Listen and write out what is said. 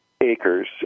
acres